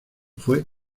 fue